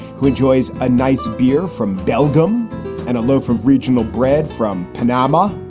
who enjoys a nice beer from belgium and a loaf of regional bread from panama.